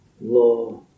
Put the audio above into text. Law